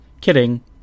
Kidding